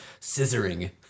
scissoring